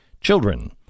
Children